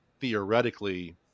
theoretically